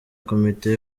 komite